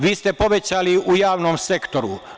Vi ste povećali u javnom sektoru.